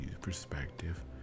perspective